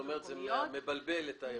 כלומר זה מבלבל את האירוע.